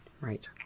right